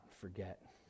forget